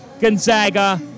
Gonzaga